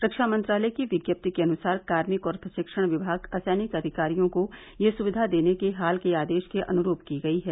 रक्षा मंत्रालय की विज्ञप्ति के अनुसार कार्मिक और प्रशिक्षण विमाग असैनिक अधिकारियों को यह सुविधा देने के हाल के आदेश के अनुरूप की गई है